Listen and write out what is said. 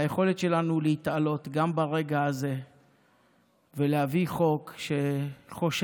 היכולת שלנו להתעלות גם ברגע הזה ולהביא חוק שחושב